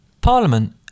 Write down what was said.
Parliament